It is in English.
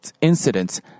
incidents